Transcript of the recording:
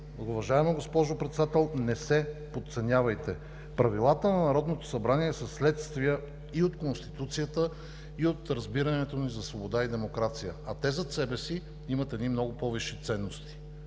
Уважаема госпожо Председател, не се подценявайте! Правилата на Народното събрание са следствие и от Конституцията, и от разбирането ни за свобода и демокрация, а те зад себе си имат едни много по-висши ценности